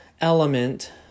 element